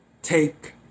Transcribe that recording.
Take